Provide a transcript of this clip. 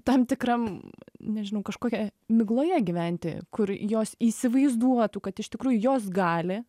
tam tikram nežinau kažkokia migloje gyventi kur jos įsivaizduotų kad iš tikrųjų jos gali